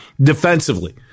defensively